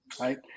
right